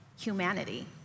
humanity